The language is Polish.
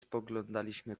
spoglądaliśmy